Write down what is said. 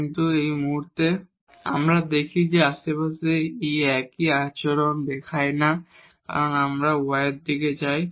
কিন্তু এই মুহুর্তে যদি আমরা দেখি যে আশেপাশে এটি একই আচরণ দেখায় না কারণ আমরা যদি y এর দিকে যাই